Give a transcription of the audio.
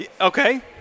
Okay